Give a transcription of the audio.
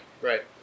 right